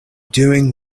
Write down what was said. doing